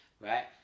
right